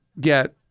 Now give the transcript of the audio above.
get